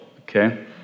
okay